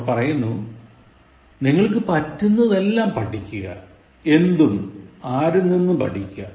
അവർ പറയുന്നു "നിങ്ങക്കു പറ്റുന്നതെല്ലാം പഠിക്കുക എന്തും ആരിൽ നിന്നും പഠിക്കുക